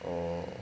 oh